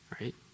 right